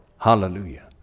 Hallelujah